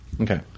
Okay